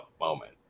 moment